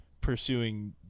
pursuing